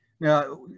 Now